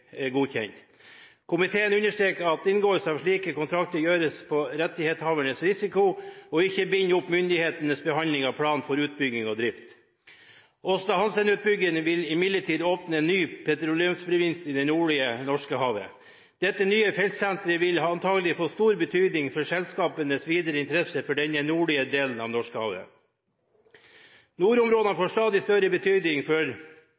er godkjent. Komiteen understreker at inngåelse av slike kontrakter gjøres på rettighetshavernes risiko og binder ikke opp myndighetenes behandling av plan for utbygging og drift. Aasta Hansteen-utbyggingen vil imidlertid åpne en ny petroleumsprovins i det nordlige Norskehavet. Dette nye feltsenteret vil antagelig få stor betydning for selskapenes videre interesse for denne nordlige delen av Norskehavet. Nordområdene får stadig større betydning for